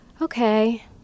okay